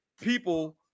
people